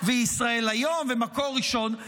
ישראל היום ומקור ראשון.